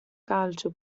calcio